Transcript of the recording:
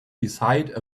beside